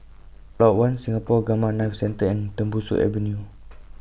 Lot one Singapore Gamma Knife Centre and Tembusu Avenue